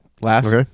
last